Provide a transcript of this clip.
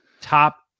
top